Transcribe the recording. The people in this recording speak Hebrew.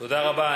תודה רבה.